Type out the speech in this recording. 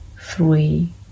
three